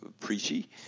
preachy